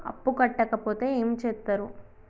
అప్పు కట్టకపోతే ఏమి చేత్తరు?